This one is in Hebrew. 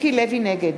נגד